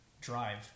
drive